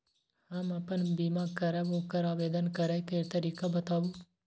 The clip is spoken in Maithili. हम आपन बीमा करब ओकर आवेदन करै के तरीका बताबु?